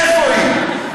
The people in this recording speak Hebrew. איפה היא?